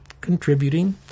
contributing